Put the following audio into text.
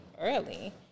early